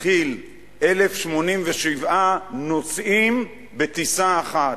הכיל 1,087 נוסעים בטיסה אחת.